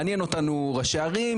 מעניין אותנו ראשי ערים,